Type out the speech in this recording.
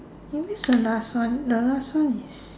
maybe it's the last one the last one is